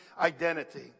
identity